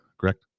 Correct